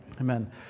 Amen